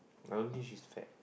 I don't think she's fat